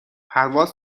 پرواز